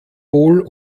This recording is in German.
wohl